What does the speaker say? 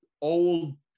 old